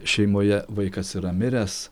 šeimoje vaikas yra miręs